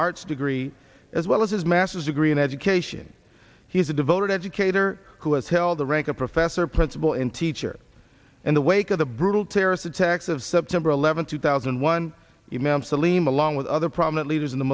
arts degree as well as his master's degree in education he is a devoted educator who has held the rank of professor principal and teacher in the wake of the brutal terrorist attacks of september eleventh two thousand and one you ma'am salema along with other prominent leaders in the